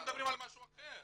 אנחנו מדברים על משהו אחר.